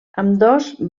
ambdós